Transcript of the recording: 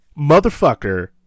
motherfucker